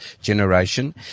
generation